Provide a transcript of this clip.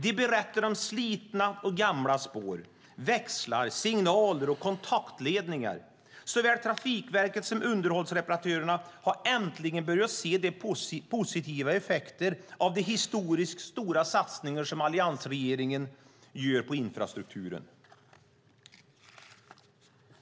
De berättar om slitna och gamla spår, växlar, signaler och kontaktledningar. Såväl Trafikverket som underhållsentreprenörerna har äntligen börjat se positiva effekter av de historiskt stora satsningar som alliansregeringen gör på infrastrukturen.